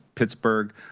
Pittsburgh